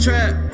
Trap